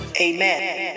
Amen